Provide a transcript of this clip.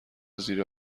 زیر